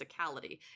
physicality